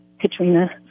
Katrina